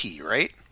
right